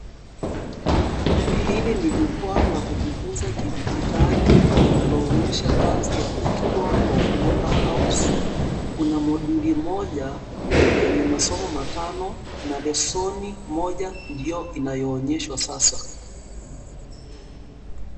Hili ni jukwaa la kujifunza kidijitali linaloonyesha kazi ya uick Tour of MemberHouse kuna moduli moja yenye masomo matano na lesoni moja ndio inayoonyeshwa sasa.